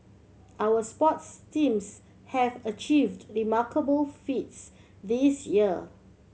our sports teams have achieved remarkable feats this year